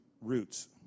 roots